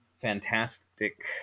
fantastic